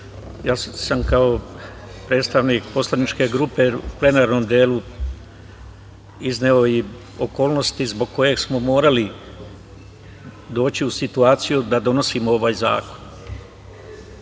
ja sam kao predstavnik poslaničke grupe u plenarnom delu izneo i okolnosti zbog kojih smo morali doći u situaciju da donosimo ovaj zakon.